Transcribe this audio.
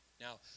Now